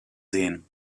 sehen